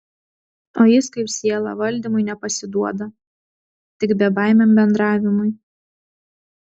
o jis kaip siela valdymui nepasiduoda tik bebaimiam bendravimui